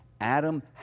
Adam